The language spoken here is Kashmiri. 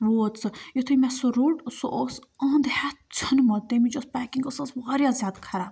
ووت سُہ یُتھُے مےٚ سُہ روٚٹ سُہ اوس انٛد ہٮ۪تھ ژھیوٚنمُت تَمِچ یۄس پیکِنٛگ ٲس سُہ ٲس واریاہ زیادٕ خراب